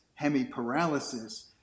hemiparalysis